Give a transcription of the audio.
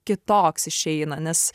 kitoks išeina nes